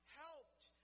helped